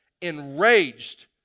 enraged